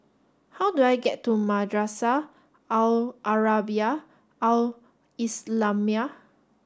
how do I get to Madrasah Al Arabiah Al Islamiah